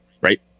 right